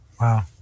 Wow